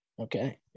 Okay